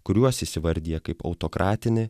kuriuos jis įvardija kaip autokratinį